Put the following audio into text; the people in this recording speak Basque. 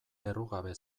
errugabe